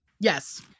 Yes